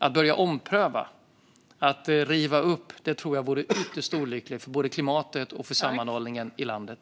Att börja ompröva och riva upp tror jag vore ytterst olyckligt för både klimatet och sammanhållningen i landet.